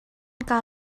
kaa